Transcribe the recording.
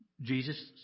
Jesus